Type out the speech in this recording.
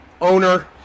owner